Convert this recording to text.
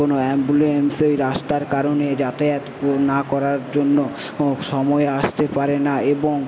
কোনো অ্যাম্বুলেন্স এই রাস্তার কারণে যাতায়াত কো না করার জন্য সময়ে আসতে পারে না এবং